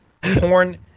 Porn